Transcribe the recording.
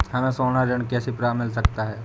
हमें सोना ऋण कैसे मिल सकता है?